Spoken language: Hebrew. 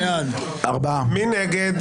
מי נגד?